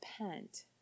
repent